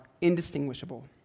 indistinguishable